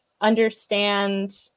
understand